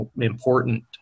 important